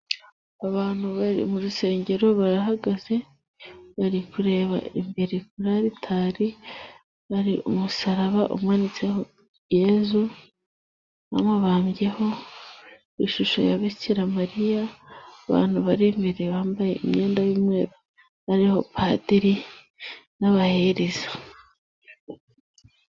Abantu bari mu rusengero barahagaze, bari kureba imbere hari umusaraba umanitse ,uriho Yezu awubambyeho,n' ishusho ya Bikiramariya .Abantu bari imbere ,bambaye imyenda y'umweru ,hari Padiri n'abahereza.